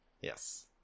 Yes